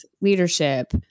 leadership